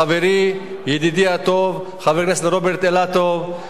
לחברי חבר הכנסת רוברט אילטוב,